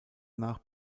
nach